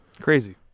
Crazy